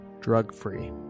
drug-free